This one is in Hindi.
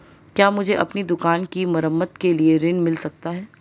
क्या मुझे अपनी दुकान की मरम्मत के लिए ऋण मिल सकता है?